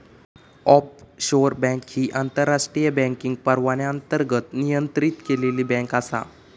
offshore bank ही आंतरराष्ट्रीय banking परवान्याअंतर्गत नियंत्रित केलेली बँक आसा